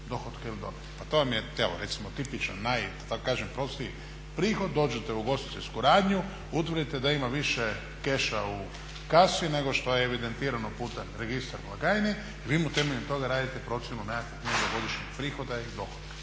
Pa to vam je evo recimo tipičan, naj da tako kažem prosti prihod, dođete u ugostiteljsku radnju, utvrdite da ima više keša u kasi nego što je evidentirano putem registra blagajni i vi mu temeljem toga radite procjenu nekakvog njegovog godišnjeg prihoda i dohotka.